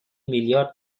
میلیارد